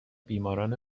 بیماران